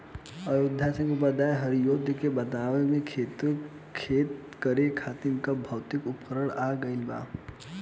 अयोध्या सिंह उपाध्याय हरिऔध के बतइले कि खेती करे खातिर अब भौतिक उपकरण आ गइल बा